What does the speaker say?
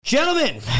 Gentlemen